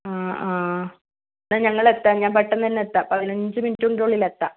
ആ ആ എന്നാൽ ഞങ്ങൾ എത്താം ഞാന് പെട്ടെന്ന് തന്നെ എത്താം പതിനഞ്ച് മിനിട്ടിൻ്റെ ഉള്ളിൽ എത്താം